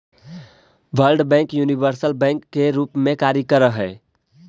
world bank universal bank के रूप में कार्य करऽ हइ